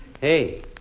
Hey